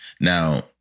now